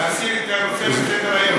להסיר את הנושא מסדר-היום?